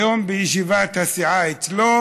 היום בישיבת הסיעה אצלו